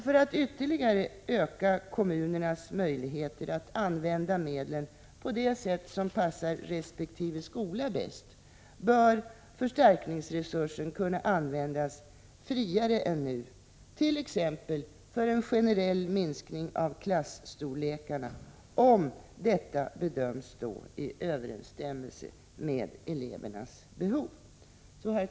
För att ytterligare öka kommunernas möjligheter att använda medlen på det sätt som passar resp. skola bäst bör förstärkningsresursen kunna användas friare än nu, t.ex. för en generell minskning av klasstorlekarna, om detta bedöms stå i överensstämmelse med elevernas behov. Herr talman!